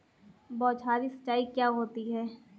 बौछारी सिंचाई क्या होती है?